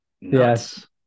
yes